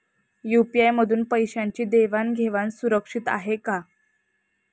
UPI मधून पैशांची देवाण घेवाण सुरक्षित आहे का?